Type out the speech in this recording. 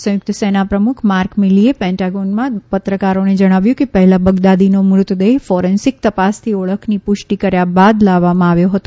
સંયુકત સેના પ્રમુખ માર્ક મિલીએ પેન્ટાગોનમાં પત્રકારોને જણાવ્યું કે પહેલા બગદાદીનો મૃતદેહ ફોરેન્સીક તપાસથી ઓળખની પુષ્ટી કર્યા બાદ લાવવામાં આવ્યો હતો